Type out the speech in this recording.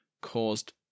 caused